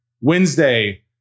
Wednesday